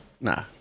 Nah